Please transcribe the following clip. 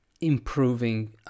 improving